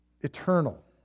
eternal